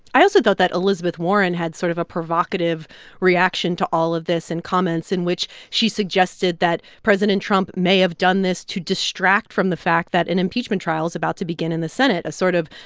i also thought that elizabeth warren had sort of a provocative reaction to all of this in comments in which she suggested that president trump may have done this to distract from the fact that an impeachment trial is about to begin in the senate as sort of,